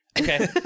Okay